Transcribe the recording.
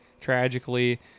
tragically